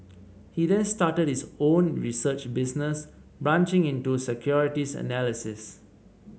he then started his own research business branching into securities analysis